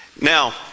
Now